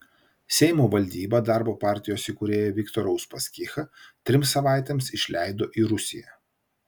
seimo valdyba darbo partijos įkūrėją viktorą uspaskichą trims savaitėms išleido į rusiją